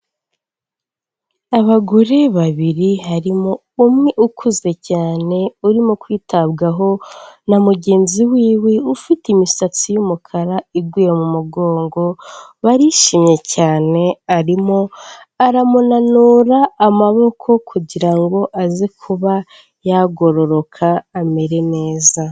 Abagore babiri harimo umwe ukuze cyane urimo kwitabwaho na mugenzi wiwe ufite imisatsi yumukara iguye mu mugongo ,barishimye cyane arimo aramunanura amaboko kugira ngo aze kuba yagororoka amere neza.